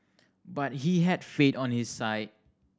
but he had faith on his side